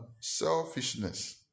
selfishness